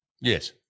Yes